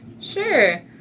Sure